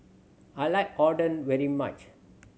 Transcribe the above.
I like Oden very much